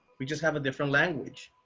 we just have a different language.